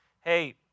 hey